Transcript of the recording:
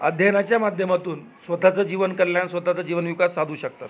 अध्ययनाच्या माध्यमातून स्वतःचं जीवन कल्याण स्वतःचा जीवनविकास साधू शकतात